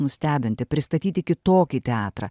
nustebinti pristatyti kitokį teatrą